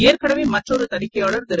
ஏற்கனவே மற்றொரு தணிக்கையாளர் திரு